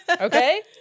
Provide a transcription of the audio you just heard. Okay